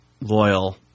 loyal